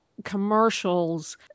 commercials